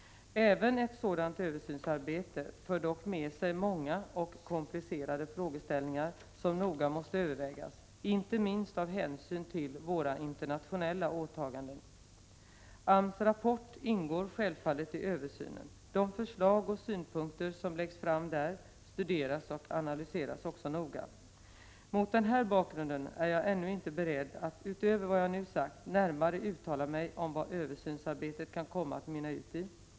Även ett sådant översynsarbete för dock med sig många och komplicerade frågeställningar som noga måste övervägas, inte minst av hänsyn till våra internationella åtaganden. AMS rapport ingår självfallet i översynen. De förslag och synpunkter som läggs fram där studeras och analyseras också noga. Mot den här bakgrunden är jag ännu inte beredd att, utöver vad jag nu sagt, närmare uttala mig om vad översynsarbetet kan komma att utmynna i.